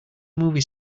movie